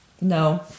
No